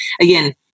again